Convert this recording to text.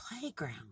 playground